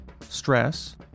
stress